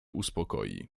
uspokoi